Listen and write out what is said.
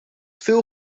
veel